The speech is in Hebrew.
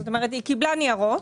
זאת אומרת, היא קיבלה ניירות,